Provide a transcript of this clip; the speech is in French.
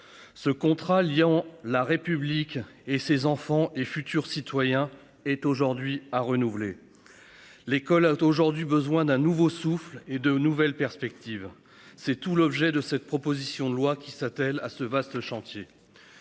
Ce contrat liant la République et ses enfants et futurs citoyens est aujourd'hui à renouveler. L'école a aujourd'hui besoin d'un nouveau souffle et de nouvelles perspectives. C'est tout l'objet de cette proposition de loi qui s'attelle à ce vaste chantier.